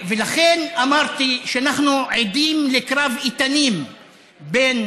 לכן אמרתי שאנחנו עדים לקרב איתנים בין